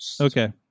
Okay